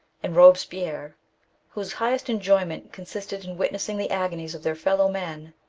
and eobespierre, whose highest enjoyment con sisted in witnessing the agonies of their fellow-men,